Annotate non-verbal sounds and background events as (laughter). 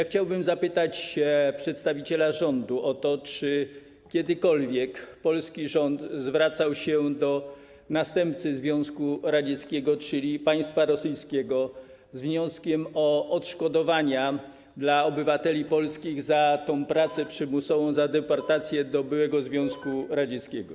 Chciałbym zapytać przedstawiciela rządu o to, czy kiedykolwiek polski rząd zwracał się do następcy Związku Radzieckiego, czyli państwa rosyjskiego, z wnioskiem o odszkodowania dla obywateli polskich za tę pracę przymusową, (noise) za deportacje do byłego Związku Radzieckiego.